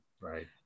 right